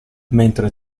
mentre